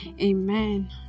Amen